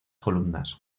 columnas